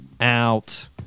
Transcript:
out